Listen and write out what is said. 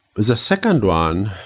the second one,